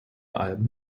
alben